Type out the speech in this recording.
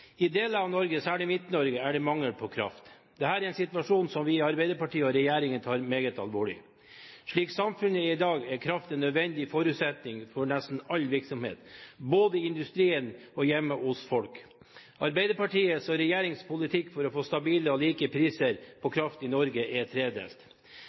I deler av Norge, særlig Midt-Norge, er det mangel på kraft. Dette er en situasjon som vi i Arbeiderpartiet og regjeringen tar meget alvorlig. Slik samfunnet er i dag, er kraft en nødvendig forutsetning for nesten all virksomhet, både for industrien og hjemme hos folk. Arbeiderpartiets og regjeringens politikk for å få stabile og like priser på